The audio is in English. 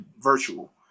virtual